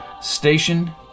Station